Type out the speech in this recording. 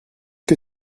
que